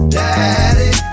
daddy